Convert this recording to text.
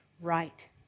right